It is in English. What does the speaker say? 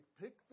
pick